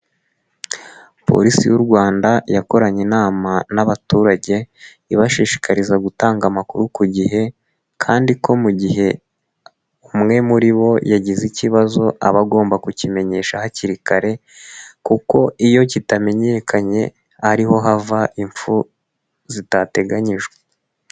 Polisi y'u Rwanda yakoranye inama n'abaturage ibashishikariza gutanga amakuru ku gihe kandi ko mu gihe umwe muri bo yagize ikibazo aba agomba kukimenyesha hakiri kare kuko iyo kitamenyekanye ariho hava impfu zidateganyijwe.